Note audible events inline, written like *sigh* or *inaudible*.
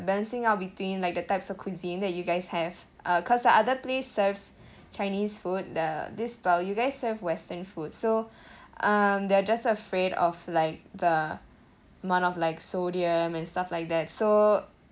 balancing out between like the types of cuisine that you guys have uh cause the other place serves *breath* chinese food the this while you guys serve western food so *breath* um they're just afraid of like the amount of like sodium and stuff like that so